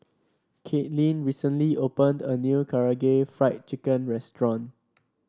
Katelynn recently opened a new Karaage Fried Chicken Restaurant